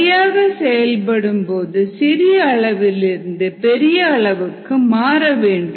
சரியாக செயல்படும்போது சிறிய அளவிலிருந்து பெரிய அளவுக்கு மாற வேண்டும்